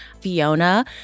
Fiona